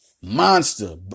monster